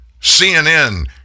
CNN